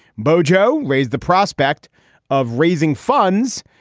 bojo raised the prospect of raising funds,